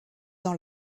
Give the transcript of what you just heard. dans